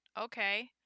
okay